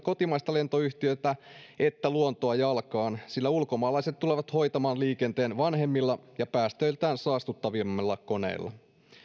kotimaista lentoyhtiötä että luontoa jalkaan sillä ulkomaalaiset tulevat hoitamaan liikenteen vanhemmilla ja päästöiltään saastuttavammilla koneilla